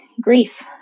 grief